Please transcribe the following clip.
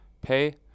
pay